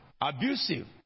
abusive